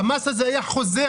המס הזה היה חוזר,